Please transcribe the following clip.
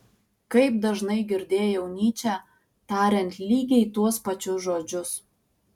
kaip dažnai girdėjau nyčę tariant lygiai tuos pačius žodžius